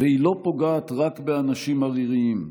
היא לא פוגעת רק באנשים עריריים.